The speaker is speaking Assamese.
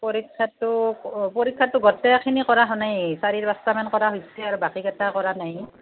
পৰীক্ষাটো অ' পৰীক্ষাটো গোটেইখিনি কৰা হোৱা নাই চাৰি পাঁচটামান কৰা হৈছে আৰু বাকীকেইটা কৰা নাই